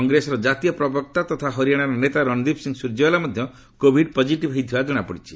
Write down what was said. କଂଗ୍ରେସର ଜାତୀୟ ପ୍ରବକ୍ତା ତଥା ହରିଆଣାର ନେତା ରଣଦୀପ ସିଂହ ସ୍ୱର୍ଯ୍ୟଞ୍ଚାଲା ମଧ୍ୟ କୋଭିଡ୍ ପକ୍କିଟିଭ୍ ହୋଇଥିବାର କଣାପଡ଼ିଛି